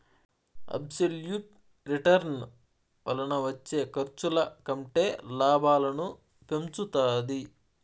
absolute return వలన వచ్చే ఖర్చుల కంటే లాభాలను పెంచుతాది